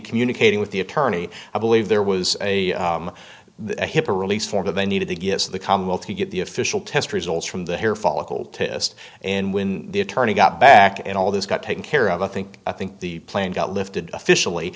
communicating with the attorney i believe there was a the hipaa release form that they needed to give to the commonwealth to get the official test results from the hair follicle test and when the attorney got back and all of this got taken care of i think i think the plane got lifted officially